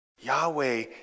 Yahweh